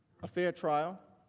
a fair trial